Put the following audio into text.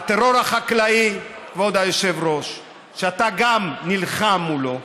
הטרור החקלאי, כבוד היושב-ראש, שגם אתה נלחם בו,